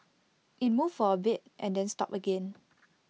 IT moved for A bit and then stopped again